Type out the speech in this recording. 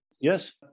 Yes